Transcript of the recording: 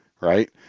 right